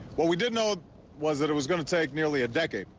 what we did know was that it was going to take nearly a decade,